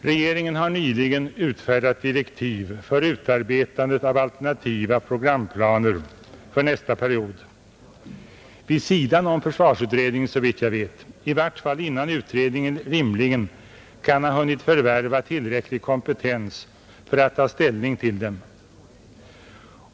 Regeringen har nyligen utfärdat direktiv för utarbetandet av alternativa programplaner för nästa period — vid sidan om försvarsutredningen, såvitt jag vet, i vart fall innan utredningen rimligen kan ha hunnit förvärva tillräcklig kompetens för att ta ställning till dem.